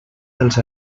dels